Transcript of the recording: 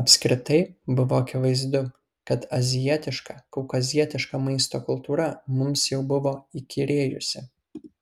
apskritai buvo akivaizdu kad azijietiška kaukazietiška maisto kultūra mums jau buvo įkyrėjusi